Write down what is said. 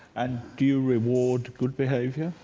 and do you reward good behavior?